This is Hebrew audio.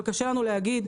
אבל קשה לנו להגיד,